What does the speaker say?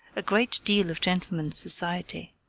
a great deal of gentlemen's society.